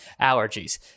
allergies